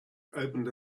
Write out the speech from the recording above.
opened